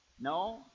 No